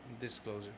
Disclosure